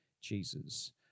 Jesus